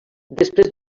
després